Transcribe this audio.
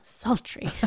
sultry